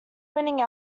winning